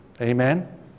Amen